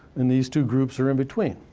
and these two groups are in between.